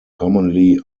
commonly